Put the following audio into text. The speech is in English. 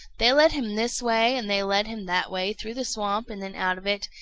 they led him this way and they led him that way through the swamp and then out of it.